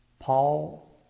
Paul